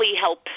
help